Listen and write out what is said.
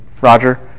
Roger